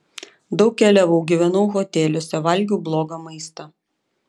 daug keliavau gyvenau hoteliuose valgiau blogą maistą